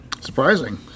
surprising